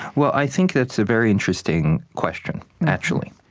well, i think that's a very interesting question, actually.